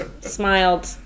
smiled